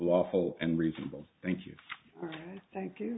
lawful and reasonable thank you thank you